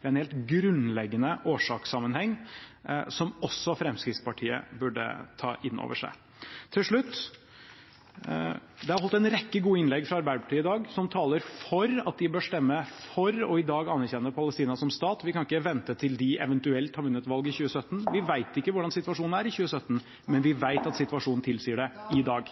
Det er en helt grunnleggende årsakssammenheng, som også Fremskrittspartiet burde ta inn over seg. Til slutt: Det er holdt en rekke gode innlegg fra Arbeiderpartiet i dag som taler for at de bør stemme for – i dag – å anerkjenne Palestina som stat. Vi kan ikke vente til de eventuelt har vunnet valget i 2017. Vi vet ikke hvordan situasjonen er i 2017, men vi vet at situasjonen tilsier det i dag.